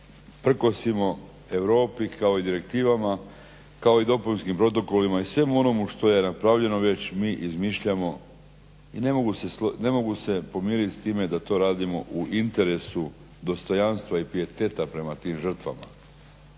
prkosimo Europi kao i direktivama, kao i dopunskim protokolima i svemu onome što je napravljeno već mi izmišljamo i ne mogu se pomiriti s time da to radimo u interesu dostojanstva i pijeteta prema tim žrtvama,